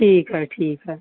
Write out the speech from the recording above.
ٹھیک ہے ٹھیک ہے